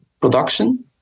production